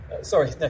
Sorry